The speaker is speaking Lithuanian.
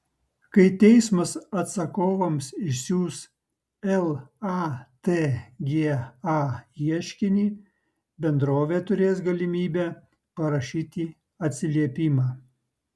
kai teismas atsakovams išsiųs latga ieškinį bendrovė turės galimybę parašyti atsiliepimą